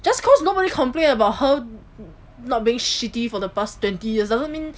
just cause nobody complained about her not being shitty for the past twenty years doesn't mean